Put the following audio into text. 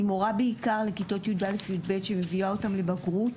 אני מורה בעיקר לכיתות יא'-יב' שמביאה אותם לבגרות.